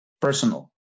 personal